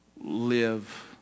live